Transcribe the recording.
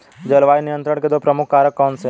जलवायु नियंत्रण के दो प्रमुख कारक कौन से हैं?